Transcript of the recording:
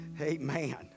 Amen